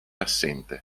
assente